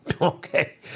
Okay